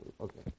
Okay